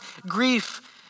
grief